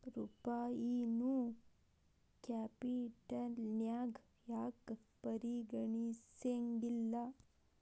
ರೂಪಾಯಿನೂ ಕ್ಯಾಪಿಟಲ್ನ್ಯಾಗ್ ಯಾಕ್ ಪರಿಗಣಿಸೆಂಗಿಲ್ಲಾ?